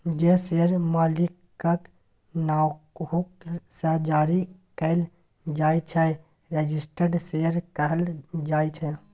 जे शेयर मालिकक नाओ सँ जारी कएल जाइ छै रजिस्टर्ड शेयर कहल जाइ छै